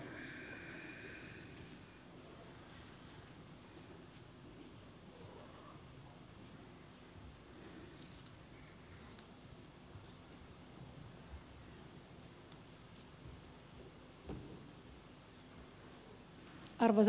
arvoisa puhemies